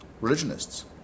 religionists